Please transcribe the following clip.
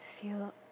feel